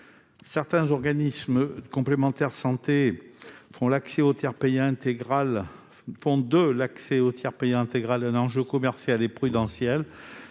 certains organismes de complémentaire santé font de l'accès au tiers payant intégral un enjeu commercial et prudentiel,